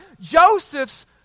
Joseph's